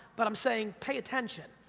but i'm saying pay attention.